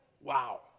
Wow